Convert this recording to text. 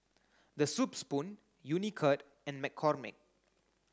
The Soup Spoon Unicurd and McCormick